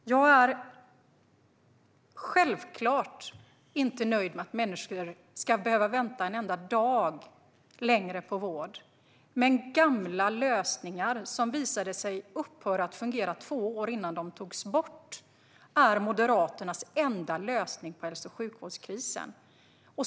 Jag är givetvis inte nöjd med att människor ska behöva vänta en enda dag för länge på vård. Men gamla lösningar, som visade sig upphöra att fungera två år innan de togs bort, är Moderaternas enda lösning på hälso och sjukvårdskrisen.